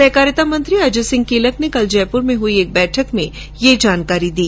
सहकारिता मंत्री अजय सिंह किलक ने कल जयपुर में हई एक बैठक में ये जानकारी दी